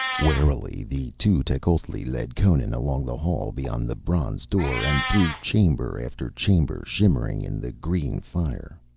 warily the two tecuhltli led conan along the hall beyond the bronze door, and through chamber after chamber shimmering in the green fire.